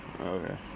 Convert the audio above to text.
Okay